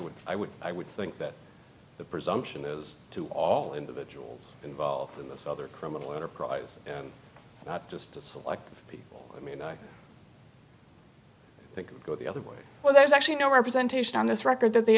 would i would i would think that the presumption is to all individuals involved in this other criminal enterprise and not just select people i i mean they could go the other way well there's actually no representation on this record that they